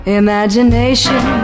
imagination